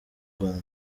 rwanda